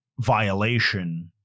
violation